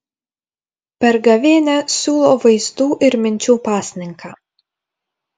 per gavėnią siūlo vaizdų ir minčių pasninką